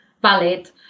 valid